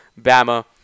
Bama